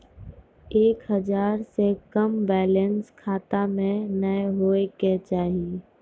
एक हजार से कम बैलेंस खाता मे नैय होय के चाही